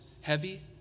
heavy